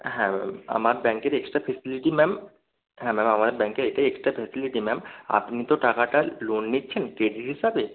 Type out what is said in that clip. হ্যাঁ ম্যাম আমার ব্যাঙ্কের এক্সট্রা ফেসিলিটি ম্যাম হ্যাঁ ম্যাম আমার ব্যাঙ্কের এটাই এক্সট্রা ফেসিলিটি ম্যাম আপনি তো টাকাটা লোন নিচ্ছেন ক্রেডিট হিসাবে